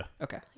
Okay